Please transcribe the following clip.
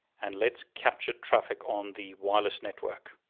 and let's capture traffic on the wireless network.